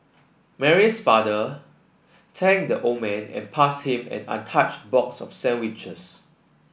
Mary's father thanked the old man and passed him an untouched box of sandwiches